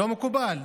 לא מקובל.